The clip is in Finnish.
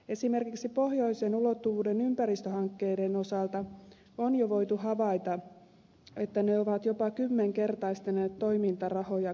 esimerkiksi pohjoisen ulottuvuuden ympäristöhankkeiden osalta on jo voitu havaita että ne ovat jopa kymmenkertaistaneet toimintarahoja kumppanuuden myötä